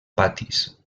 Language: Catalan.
patis